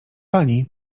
pani